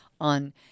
on